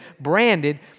branded